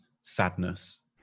sadness